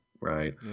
right